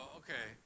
okay